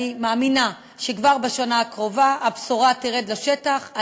אני מאמינה שכבר בשנה הקרובה הבשורה תרד לשטח.